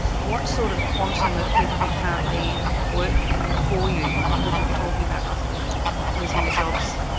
what sort of quantum of people who currently work for you would you be talking about roughly losing their jobs?